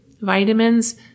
vitamins